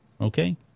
Okay